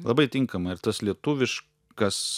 labai tinkama ir tas lietuviškas